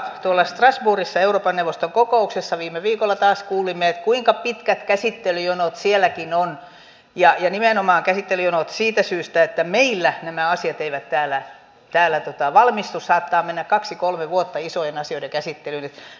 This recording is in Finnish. tuolla strasbourgissa euroopan neuvoston kokouksessa viime viikolla taas kuulimme kuinka pitkät käsittelyjonot sielläkin on ja nimenomaan siitä syystä että meillä nämä asiat eivät täällä valmistu saattaa mennä kaksi kolme vuotta isojen asioiden käsittelyyn